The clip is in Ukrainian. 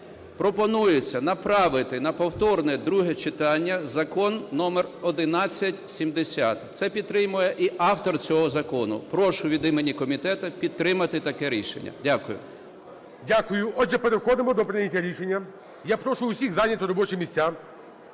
пропонується направити на повторне друге читання закон номер 1170. Це підтримує і автор цього закону. Прошу від імені комітету підтримати таке рішення. Дякую. ГОЛОВУЮЧИЙ. Дякую. Отже, переходимо до прийняття рішення. Я прошу усіх зайняти робочі місця.